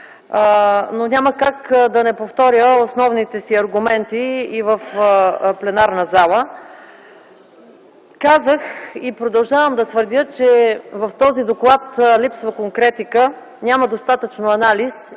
Няма как да не повторя основните си аргументи и в пленарна зала. Казах, и продължавам да твърдя, че в този доклад липсва конкретика, няма достатъчно анализ и